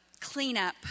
cleanup